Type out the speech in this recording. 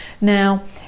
Now